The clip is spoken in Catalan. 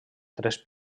tres